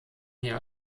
jahr